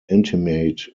intimate